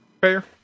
Fair